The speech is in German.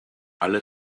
alle